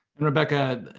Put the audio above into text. rebecca,